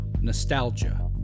Nostalgia